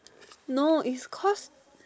no it's cause